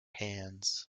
hands